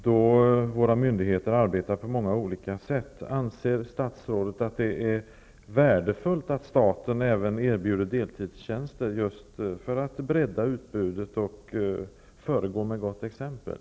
Då våra myndigheter arbetar på många olika sätt undrar jag om statsrådet anser att det är värdefullt att staten även erbjuder deltidstjänster just för att bredda utbudet och föregå med gott exempel.